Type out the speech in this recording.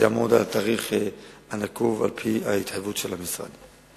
זה יעמוד על התאריך הנקוב על-פי ההתחייבות של המשרד.